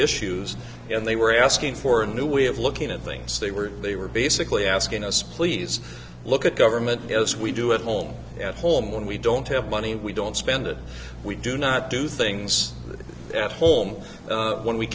issues and they were asking for a new way of looking at things they were they were basically asking us please look at government as we do at home at home when we don't have money we don't spend it we do not do things at home when we